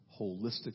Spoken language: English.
holistically